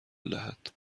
دهد